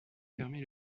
fermer